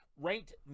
ranked